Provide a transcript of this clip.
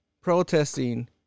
protesting